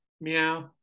Meow